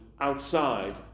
Outside